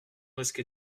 risquer